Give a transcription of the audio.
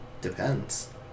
depends